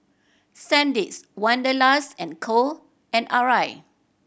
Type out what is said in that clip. Sandisk Wanderlust and Co and Arai